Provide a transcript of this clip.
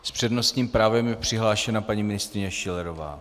S přednostním právem je přihlášena paní ministryně Schillerová.